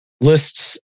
lists